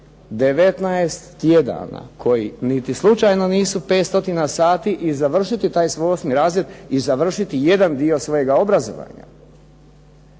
19 tjedana koji ni slučajno 500 sati i završiti taj svoj 8. razred i završiti jedan dio svojega obrazovanja,